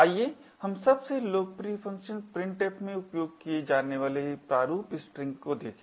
आइए हम सबसे लोकप्रिय फ़ंक्शन printf में उपयोग किए जाने वाले प्रारूप स्ट्रिंग देखें